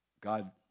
God